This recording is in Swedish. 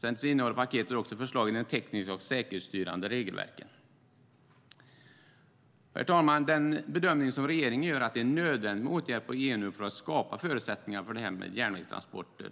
Paketet innehåller också förslag som gäller de tekniska och säkerhetsstyrande regelverken. Herr talman! Regeringens bedömning är att det är nödvändigt med åtgärder på EU-nivå för att skapa förutsättningar för järnvägstransporter